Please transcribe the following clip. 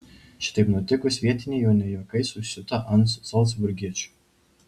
šitaip nutikus vietiniai jau ne juokais užsiuto ant zalcburgiečių